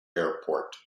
airport